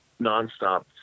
nonstop